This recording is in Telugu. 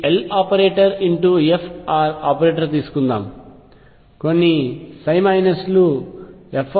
ఈ Loperatorfr ఆపరేటింగ్ తీసుకుందాం కొన్ని మైనస్ fLoperator